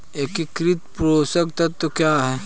एकीकृत पोषक तत्व क्या है?